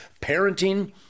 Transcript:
parenting